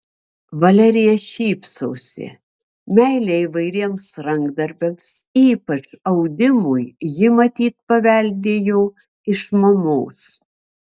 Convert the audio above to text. valerija šypsosi meilę įvairiems rankdarbiams ypač audimui ji matyt paveldėjo iš mamos